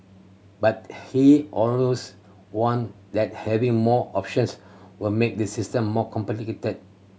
but he also warned that having more options would make the system more complicated